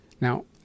Now